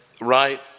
right